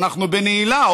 אנחנו בנעילה,